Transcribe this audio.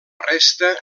resta